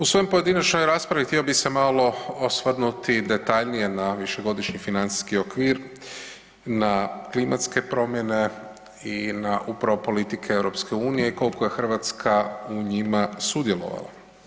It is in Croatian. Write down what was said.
U svojoj pojedinačnoj raspravi htio bi se malo osvrnuti malo detaljnije na višegodišnji financijski okvir, na klimatske promjene i na upravo politike EU koliko je Hrvatska u njima sudjelovala.